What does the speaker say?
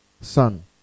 Sun